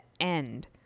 end